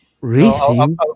Racing